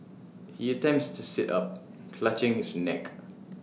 he attempts to sit up clutching his neck